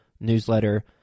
newsletter